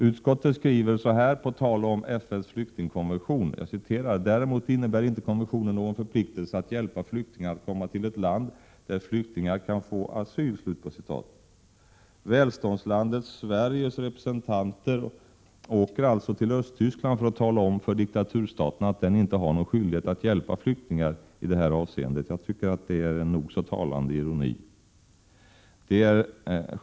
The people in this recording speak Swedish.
Utskottet skriver så här på tal om FN:s flyktingkonvention: ”Däremot innebär inte konventionen någon förpliktelse att hjälpa flyktingar att komma till ett land där flyktingar kan få asyl ———.” Välståndslandet Sveriges representanter åker alltså till Östtyskland för att tala om för diktaturstaten att den inte har någon skyldighet att hjälpa flyktingar i detta avseende — en nog så talande ironi.